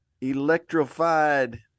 electrified